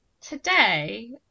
today